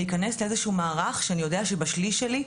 להיכנס לאיזה שהוא מערך שאני יודע שבשליש שלי,